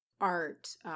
art